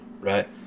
right